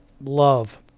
love